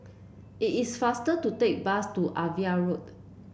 it is faster to take bus to Ava Road